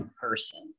person